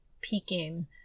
peeking